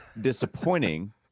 disappointing